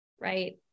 right